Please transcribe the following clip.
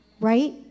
Right